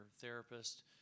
therapist